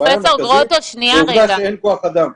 הבעיה היא שאין כוח אדם.